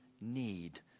need